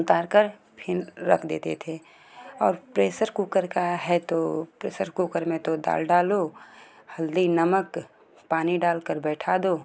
उतार कर फिर रख देते थे अब प्रेसर कुकर का है तो प्रेसर कुकर में तो दाल डालो हल्दी नमक पानी डाल कर बैठा दो